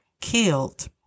killed